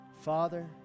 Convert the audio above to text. Father